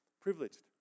Privileged